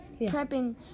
prepping